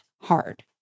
hard